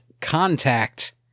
contact